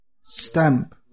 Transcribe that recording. stamp